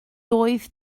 doedd